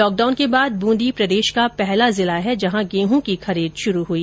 lockdown के बाद वूंदी प्रदेश का पहला जिला है जहां गेहूं की खरीद शुरू हुई